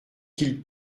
qu’il